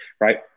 right